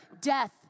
death